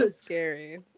scary